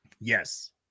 Yes